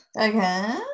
Okay